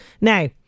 Now